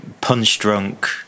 punch-drunk